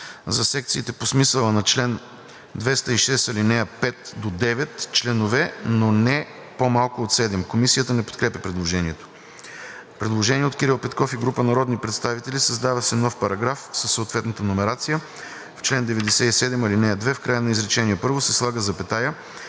„За секциите по смисъла на чл. 206, ал. 5 – до 9 членове, но не по-малко от 7“. Комисията не подкрепя предложението. Предложение от Кирил Петков и група народни представители: Създава се нов параграф: „§… В чл. 97, ал. 2, в края на изречение първо се слага запетая